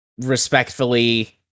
respectfully